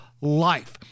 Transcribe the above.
life